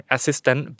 Assistant